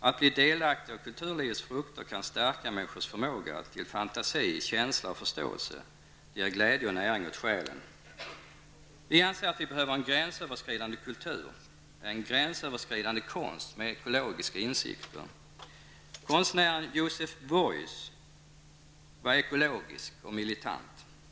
Att bli delaktig av kulturlivets frukter kan stärka människors förmåga till fantasi, känsla och förståelse. Det ger glädje och näring åt själen. Vi behöver en gränsöverskridande kultur, en gränsöverskridande konst med ekologiska insikter. Konstnären Joseph Beuys var ekologisk och militant.